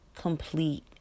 complete